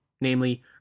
namely